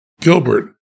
Gilbert